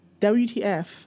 WTF